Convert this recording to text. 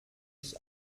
ich